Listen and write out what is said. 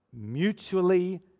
mutually